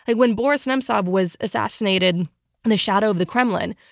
when boris nemtsov was assassinated in the shadow of the kremlin,